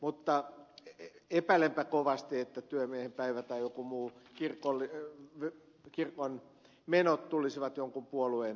mutta epäilenpä kovasti että työmiehen päivä tai jotkin muut kuten kirkonmenot tulisivat jonkun puolueen sponsoroimiksi